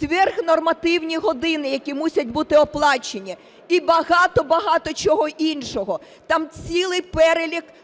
сверхнормативні години, які мусять бути оплачені і багато-багато чого іншого. Там цілий перелік прав